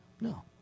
No